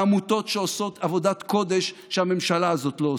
העמותות שעושות עבודת קודש שהממשלה הזאת לא עושה,